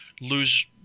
lose